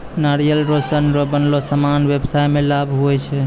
नारियल रो सन रो बनलो समान व्याबसाय मे लाभ हुवै छै